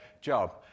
job